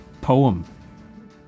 poem